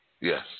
Yes